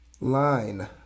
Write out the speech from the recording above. line